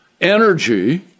energy